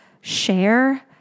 share